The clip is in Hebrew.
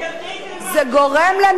ילדי תימן, זה לא